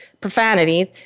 profanities